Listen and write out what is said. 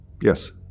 Yes